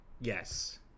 yes